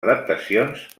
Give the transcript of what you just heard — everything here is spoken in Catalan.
adaptacions